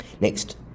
Next